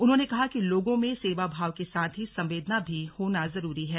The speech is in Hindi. उन्होंने कहा कि लोगो में सेवा भाव के साथ ही संवेदना भी होनी जरूरी है